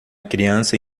criança